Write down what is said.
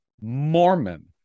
mormon